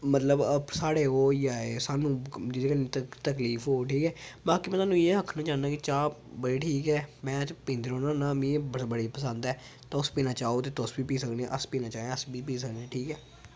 मतलब साढ़े ओह् होई जाए सानू जेह्दे कन्नै तक तकलीफ हो ठीक ऐ बाकी में तोआनू इ'यै आखना चाह्न्ना कि चाह् बड़ी ठीक ऐ मैं ते पींदा रौह्न्ना होन्ना मिगी बड़ी पसंद ऐ तुस पीना चाहो ते तुस बी पी सकनें अस पीना चाहें अस बी पी सकनें ठीक ऐ